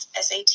sat